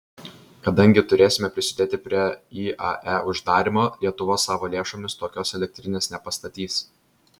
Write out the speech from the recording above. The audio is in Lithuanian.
kadangi turėsime prisidėti prie iae uždarymo lietuva savo lėšomis tokios elektrinės nepastatys